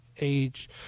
age